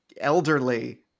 elderly